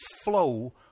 flow